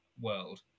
world